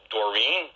Doreen